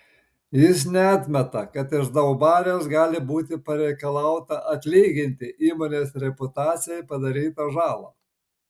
jis neatmeta kad iš daubarės gali būti pareikalauta atlyginti įmonės reputacijai padarytą žalą